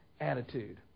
attitude